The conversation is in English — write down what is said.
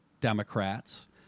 Democrats